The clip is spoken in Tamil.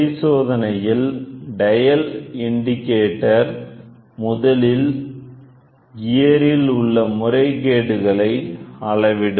பரிசோதனையில் டயல் இன்டிகேட்டர் முதலில் கியரில் இல் உள்ள முறைகேடுகளை அளவிடும்